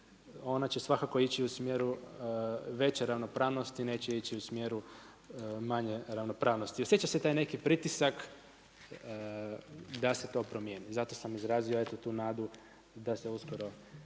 ona će svakako ići u smjeru veće ravnopravnosti, neće ići u smjeru manje ravnopravnosti. Osjeća se taj neki pritisak da se to promijeni, zato sam izrazio eto tu nadu da se uskoro